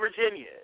Virginia